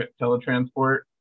teletransport